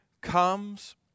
Comes